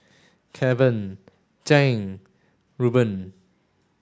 Keven Zhane Rueben